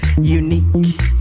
Unique